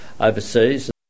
overseas